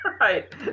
Right